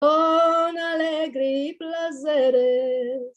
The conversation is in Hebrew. ‫און אלגרי פלזרת.